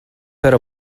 però